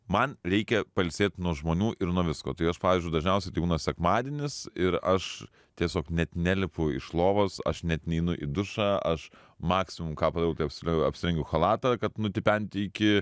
man reikia pailsėt nuo žmonių ir nuo visko tai aš pavyzdžiui dažniausiai tai būna sekmadienis ir aš tiesiog net nelipu iš lovos aš net neinu į dušą aš maksimum ką padarau tai apsi apsirengiu chalatą kad nutipenti iki